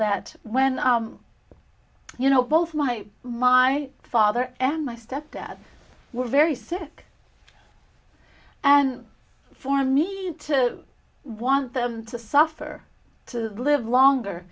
that when you know both my my father and my stepdad were very sick and for me to want them to suffer to live longer